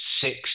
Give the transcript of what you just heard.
six